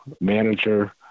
manager